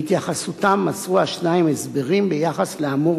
בהתייחסותם מסרו השניים הסברים ביחס לאמור